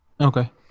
Okay